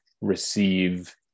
receive